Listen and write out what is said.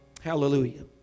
Hallelujah